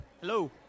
Hello